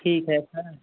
ठीक है सर